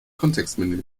kontextmenü